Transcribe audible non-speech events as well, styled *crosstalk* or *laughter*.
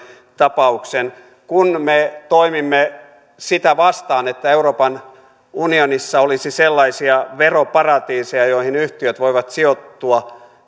tapauksen kun me toimimme sitä vastaan että euroopan unionissa olisi sellaisia veroparatiiseja joihin yhtiöt voivat sijoittua *unintelligible*